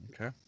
Okay